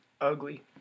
ugly